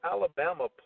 Alabama